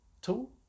tool